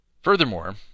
Furthermore